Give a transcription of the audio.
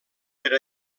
per